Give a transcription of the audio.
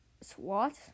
Swat